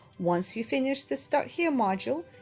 once you finish the start here module,